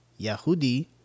Yahudi